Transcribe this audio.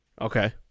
okay